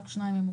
רק 2 ממוגנים.